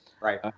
Right